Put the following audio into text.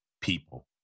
people